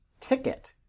ticket